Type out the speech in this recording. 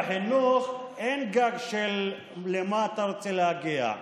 בחינוך אין גג למה אתה רוצה להגיע.